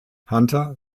hunter